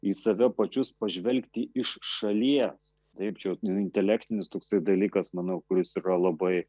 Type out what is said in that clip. į save pačius pažvelgti iš šalies taip čia intelektinis toksai dalykas manau kuris yra labai